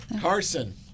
Carson